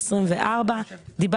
"שנת הכספים 2023" התקופה המתחילה ביום ח'